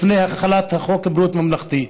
לפני החלת חוק בריאות ממלכתי.